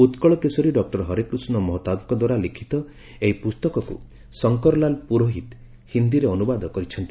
ଉକୁଳକେଶରୀ doctor Harekrushna ମହତାବଙ୍କଦ୍ଦାରା ଲିଖିତ ଏହି ପୁସ୍ତକକୁ ଶଙ୍କରଲାଲ ପୁରୋହିତ ହିନ୍ଦୀରେ ଅନୁବାଦ କରିଛନ୍ତି